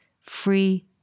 free